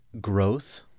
growth